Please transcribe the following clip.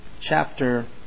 chapter